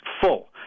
full